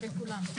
לכולם.